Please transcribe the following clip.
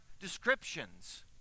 descriptions